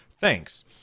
Thanks